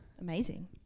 Amazing